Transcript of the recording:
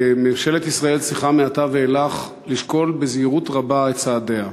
ממשלת ישראל צריכה מעתה ואילך לשקול בזהירות רבה את צעדיה.